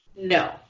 no